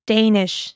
Danish